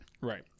Right